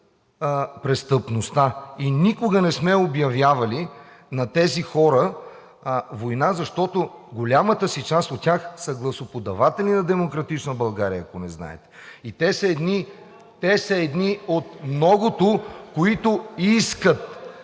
престъпността, и никога не сме обявявали на тези хора война, защото в голямата си част от тях са гласоподаватели на „Демократична България“, ако не знаете, и те са едни от многото, които искат